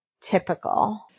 typical